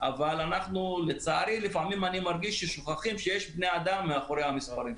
אבל לצערי לפעמים אני מרגיש ששוכחים שיש בני אדם מאחורי המספרים.